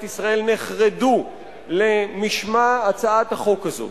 ישראל נחרדו למשמע הצעת החוק הזאת.